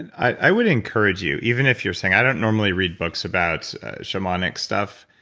i would encourage you, even if you're saying, i don't normally read books about shamanic stuff.